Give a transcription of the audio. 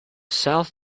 south